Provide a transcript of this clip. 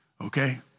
Okay